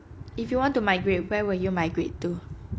if you want to migrate where were you migrate to